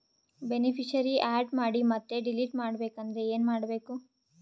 Beneficiary, add ಮಾಡಿ ಮತ್ತೆ delete ಮಾಡಬೇಕೆಂದರೆ ಏನ್ ಮಾಡಬೇಕು?